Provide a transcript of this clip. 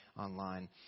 online